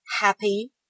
happy